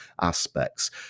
aspects